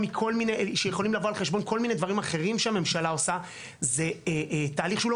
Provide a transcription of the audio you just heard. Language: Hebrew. אני צריך להגיד ביושר שאני עוד לא